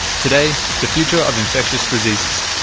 today, the future of infectious diseases.